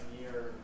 year